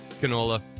canola